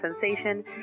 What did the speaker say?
sensation